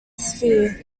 sphere